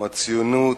כמו הציונות,